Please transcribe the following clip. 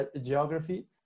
geography